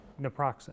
naproxen